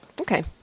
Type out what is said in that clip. Okay